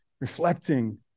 reflecting